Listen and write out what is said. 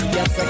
Yes